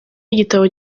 igitabo